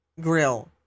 Grill